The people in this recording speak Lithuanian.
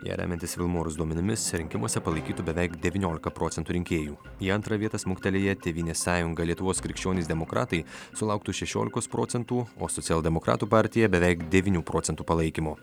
ją remiantis vilmorus duomenimis rinkimuose palaikytų beveik devyniolika procentų rinkėjų į antrą vietą smuktelėję tėvynės sąjunga lietuvos krikščionys demokratai sulauktų šešiolikos procentų o socialdemokratų partija beveik devynių procentų palaikymo